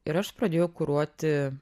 ir aš pradėjau kuruoti